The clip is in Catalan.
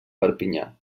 perpinyà